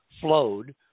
flowed